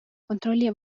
kontrolli